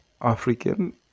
African